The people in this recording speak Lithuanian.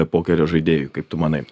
pokerio žaidėju kaip tu manai